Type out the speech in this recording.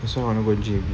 I also wanna go gym